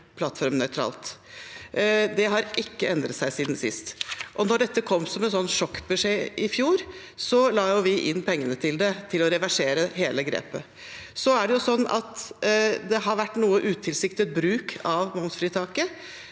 plattformnøytralt. Det har ikke endret seg siden sist. Da dette kom som en sjokkbeskjed i fjor, la vi inn penger til å reversere hele det grepet. Det har imidlertid vært noe utilsiktet bruk av momsfritaket,